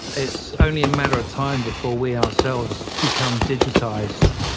it's only a matter of time before we ourselves become digitized.